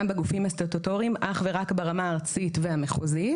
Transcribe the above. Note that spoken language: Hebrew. בגופים הסטטוטוריים אך ורק ברמה הארצית והמחוזית.